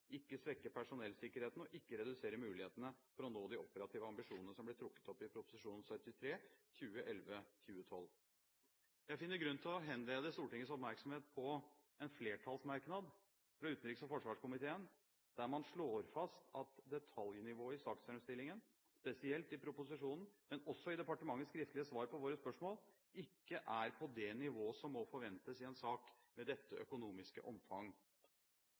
ikke svekke personellsikkerheten og ikke redusere mulighetene for å nå de operative ambisjonene som blir trukket opp i Prop. 73 S for 2011–2012. Jeg finner grunn til å henlede Stortingets oppmerksomhet på en flertallsmerknad fra utenriks- og forsvarskomiteen, der man slår fast at detaljnivået i saksframstillingen – spesielt i proposisjonen, men også i departementets skriftlige svar på våre spørsmål – ikke er på det nivået som må forventes i en sak med dette økonomiske omfang.